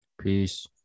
Peace